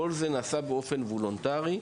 כל זה נעשה באופן וולונטרי.